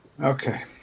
okay